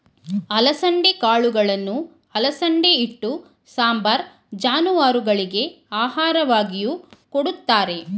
ಅಲಸಂದೆ ಕಾಳುಗಳನ್ನು ಅಲಸಂದೆ ಹಿಟ್ಟು, ಸಾಂಬಾರ್, ಜಾನುವಾರುಗಳಿಗೆ ಆಹಾರವಾಗಿಯೂ ಕೊಡುತ್ತಾರೆ